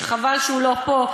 וחבל שהוא לא פה,